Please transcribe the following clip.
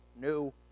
new